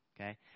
okay